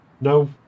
No